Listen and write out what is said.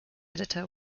editor